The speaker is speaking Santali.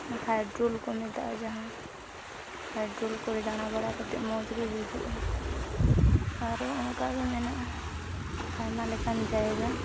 ᱚᱱᱟ ᱦᱟᱭᱰᱨᱳᱞ ᱠᱚ ᱢᱮᱛᱟᱜᱼᱟ ᱡᱟᱦᱟᱸ ᱦᱟᱭᱰᱨᱳᱞ ᱠᱚᱨᱮ ᱫᱟᱬᱟ ᱵᱟᱲᱟ ᱠᱟᱛᱮ ᱢᱚᱡᱽ ᱵᱩᱡᱩᱜᱼᱟ ᱟᱨᱚ ᱚᱱᱠᱟᱜᱮ ᱢᱮᱱᱟᱜᱼᱟ ᱟᱭᱢᱟ ᱞᱮᱠᱟᱱ ᱡᱟᱭᱜᱟ